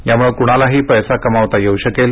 यामुळे कुणालाही पैसा कमावता येणार आहे